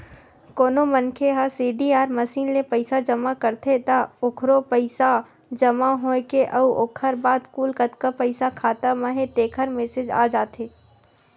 कोनो मनखे ह सीडीआर मसीन ले पइसा जमा करथे त ओखरो पइसा जमा होए के अउ ओखर बाद कुल कतका पइसा खाता म हे तेखर मेसेज आ जाथे